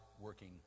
working